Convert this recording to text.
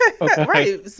right